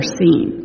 seen